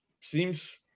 Seems